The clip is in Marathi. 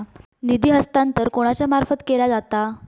निधी हस्तांतरण कोणाच्या मार्फत केला जाता?